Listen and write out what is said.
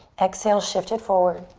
exhale, shift it forward.